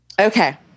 Okay